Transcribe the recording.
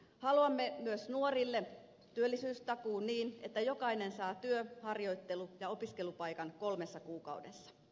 haluamme myös nuorille työllisyystakuun niin että jokainen saa työ harjoittelu tai opiskelupaikan kolmessa kuukaudessa